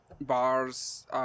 bars